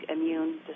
immune